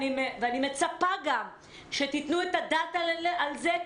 ואני גם מצפה שתיתנו את הדעת על זה,